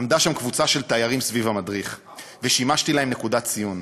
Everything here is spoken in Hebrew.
עמדה שם קבוצת תיירים סביב המדריך / ושימשתי להם נקודת ציון.